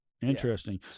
interesting